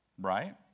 right